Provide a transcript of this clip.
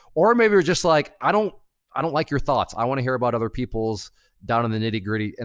or maybe you're just, like, i don't i don't like your thoughts. i wanna hear about other people's down in the nitty-gritty. and